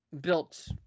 built